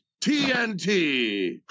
TNT